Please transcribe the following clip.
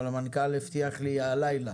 אבל המנכ"ל הבטיח לי הלילה,